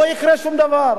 לא יקרה שום דבר.